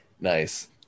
nice